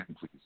please